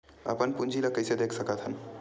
अपन पूंजी ला कइसे देख सकत हन?